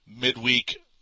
midweek